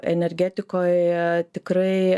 energetikoj tikrai